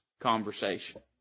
conversation